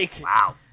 Wow